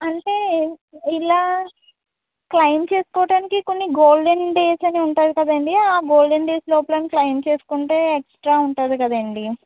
అంటే ఇలా క్లెయిమ్ చేసుకోటానికి కొన్ని గోల్డెన్ డేస్ అని ఉంటుంది కదండి ఆ గోల్డెన్ డేస్ లోపల క్లెయిమ్ చేసుకుంటే ఎక్స్ట్రా ఉంటుంది కదండి